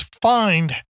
find